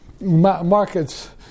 markets